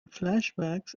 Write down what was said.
flashbacks